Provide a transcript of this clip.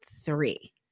three